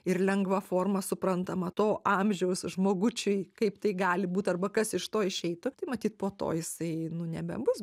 ir lengva forma suprantama to amžiaus žmogučiui kaip tai gali būt arba kas iš to išeitų tai matyt po to jisai nu nebebus